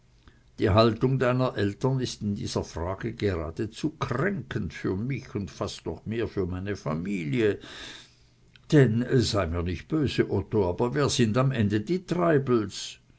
die haltung deiner eltern ist in dieser frage geradezu kränkend für mich und fast mehr noch für meine familie denn sei mir nicht böse otto aber wer sind am ende die treibels